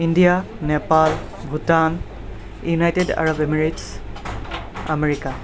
India Nepal Bhutan united Arab Emirates America